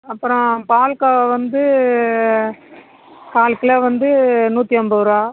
அப்புறம் பால்கோவா வந்து கால் கிலோ வந்து நூற்றி ஐம்பதுரூவா